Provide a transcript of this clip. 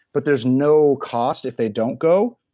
but there's no cost if they don't go,